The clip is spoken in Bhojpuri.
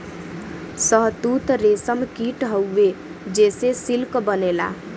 शहतूत रेशम कीट हउवे जेसे सिल्क बनेला